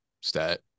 stat